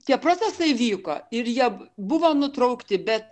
tie procesai vyko ir jie buvo nutraukti bet